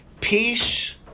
peace